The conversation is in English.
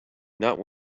not